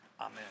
Amen